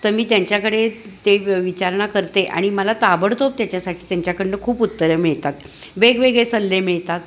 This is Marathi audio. तर मी त्यांच्याकडे ते विचारणा करते आणि मला ताबडतोब त्याच्यासाठी त्यांच्याकडून खूप उत्तरं मिळतात वेगवेगळे सल्ले मिळतात